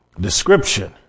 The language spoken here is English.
description